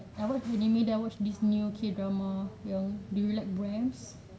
I watch anime then I watch this new K drama yang do you like brams